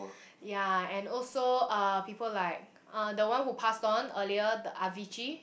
ya and also uh people like uh the one who passed on earlier the Avicii